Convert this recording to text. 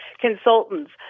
consultants